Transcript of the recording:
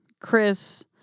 Chris